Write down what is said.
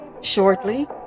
shortly